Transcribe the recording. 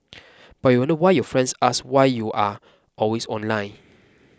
but you wonder why your friends ask you why you are always online